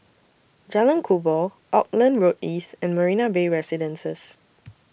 Jalan Kubor Auckland Road East and Marina Bay Residences